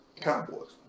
Cowboys